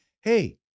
Hey